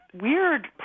weird